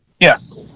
Yes